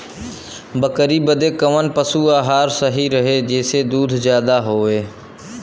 बकरी बदे कवन पशु आहार सही रही जेसे दूध ज्यादा होवे?